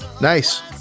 Nice